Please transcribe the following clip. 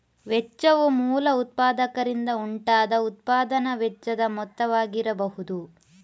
ವೆಚ್ಚವು ಮೂಲ ಉತ್ಪಾದಕರಿಂದ ಉಂಟಾದ ಉತ್ಪಾದನಾ ವೆಚ್ಚದ ಮೊತ್ತವಾಗಿರಬಹುದು